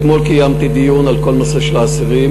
אתמול קיימתי דיון על כל הנושא של האסירים